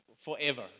forever